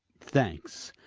thanks.